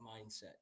mindset